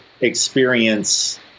experience